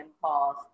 calls